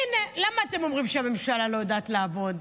הינה, למה אתם אומרים שהממשלה לא יודעת לעבוד?